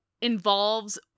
involves